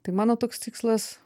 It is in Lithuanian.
tai mano toks tikslas